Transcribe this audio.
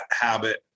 habit